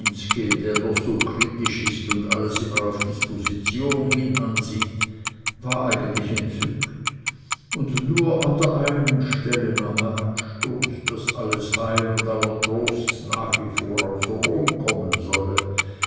doch so kritisch ist und alles immer auf disposition hin ansieht war eigentlich entzückt und nur an der einen stelle nahm er anstoß daß alles heil und aller trost nach wie vor aus rom kommen solle